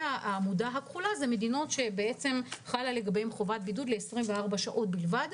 בעמודה הכחולה מדינות שחלה לגביהן חובת ל-24 שעות בלבד.